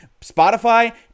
Spotify